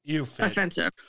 offensive